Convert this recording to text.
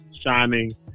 shining